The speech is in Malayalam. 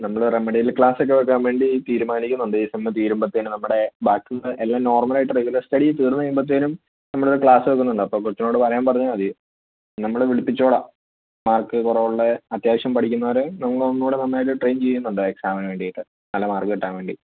നമ്മൾ റെമെഡിയൽ ക്ലാസ് ഒക്കെ വയ്ക്കാൻ വേണ്ടി തീരുമാനിക്കുന്നുണ്ട് ഈ സെം തീരുമ്പോഴത്തേനും നമ്മുടെ ബാക്കി എല്ലാ നോർമൽ ആയിട്ട് റെഗുലർ സ്റ്റഡീസ് തീർന്ന് കഴിയുമ്പോഴത്തേനും നമ്മൾ ഒരു ക്ലാസ് വയ്ക്കുന്നുണ്ട് അപ്പോൾ കൊച്ചിനോട് പറയാൻ പറഞ്ഞാൽ മതി നമ്മൾ വിളിപ്പിച്ചോളാം മാർക്ക് കുറവുള്ള അത്യാവശ്യം പഠിക്കുന്നവരെ ഒന്നുകൂടെ നന്നായിട്ട് ട്രെയിൻ ചെയ്യുന്നുണ്ട് എക്സാമിന് വേണ്ടിയിട്ട് നല്ല മാർക്ക് കിട്ടാൻ വേണ്ടി